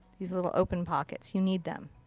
these little open pockets. you need them.